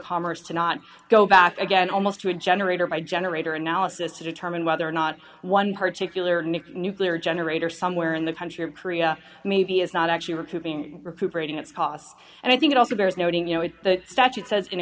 commerce to not go back again almost to a generator by generator analysis to determine whether or not one particular nick nuclear generator somewhere in the country of korea maybe is not actually recouping recuperating its cost and i think it also